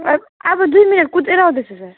अब दुई मिनट कुदेर आउँदैछु सर